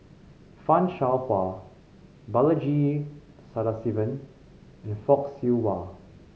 Fan Shao Hua Balaji Sadasivan and Fock Siew Wah